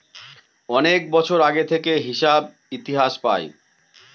অনেক বছর আগে থেকে হিসাব ইতিহাস পায়